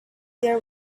there